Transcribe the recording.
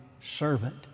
servant